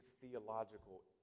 theological